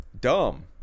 Dumb